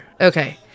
Okay